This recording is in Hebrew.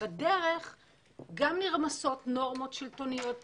בדרך גם נרמסות נורמות שלטוניות בסיסיות.